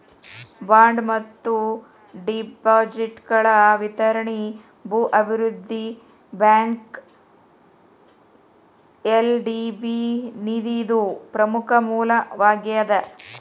bond ಮತ್ತ ಡಿಬೆಂಚರ್ಗಳ ವಿತರಣಿ ಭೂ ಅಭಿವೃದ್ಧಿ ಬ್ಯಾಂಕ್ಗ ಎಲ್.ಡಿ.ಬಿ ನಿಧಿದು ಪ್ರಮುಖ ಮೂಲವಾಗೇದ